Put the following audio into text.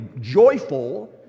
joyful